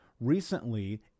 Recently